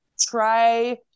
Try